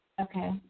Okay